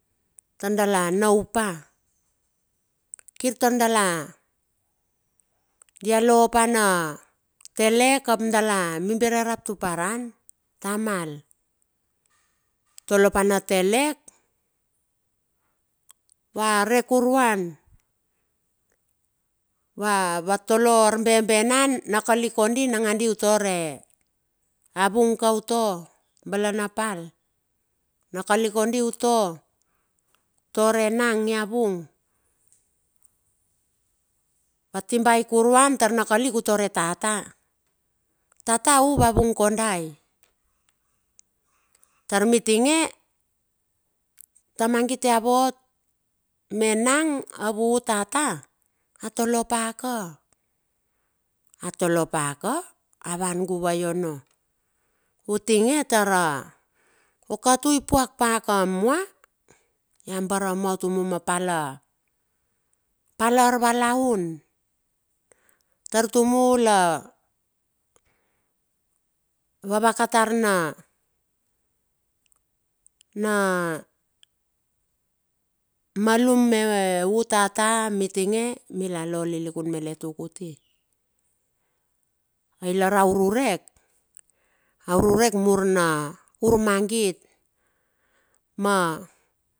Tardala nau pa, kir tar dala, dia lopa na telek ap dia mibire rap tuparan, tamal tolopa na telek va re kuruan. Va vatolo erbebenan, nakalik kondi nangadi utore, vavung kauto balanapal. Nakalik kondi uto, tuo re nang ia vung. Va tibai kuruan tarna kalik utore tata, tata u va vung kondai. Tar mitinge ta mangit ia vot me nang, avuutata va tolopaka. A tolo paka a van guvai ono. Utinge tara okatu i pauk pa ka mua. A bare mua tumu mapala, pala arvalaun. Tar tumu la. vavaka tar na na malum me utata mitinge mila lo lilikun malet ukuti, ai lar a ururek, aururek mur na urmangit ma.